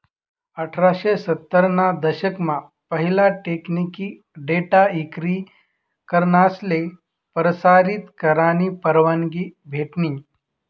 अठराशे सत्तर ना दशक मा पहिला टेकनिकी डेटा इक्री करनासले परसारीत करानी परवानगी भेटनी